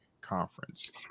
conference